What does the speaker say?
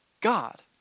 God